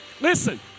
Listen